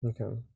Okay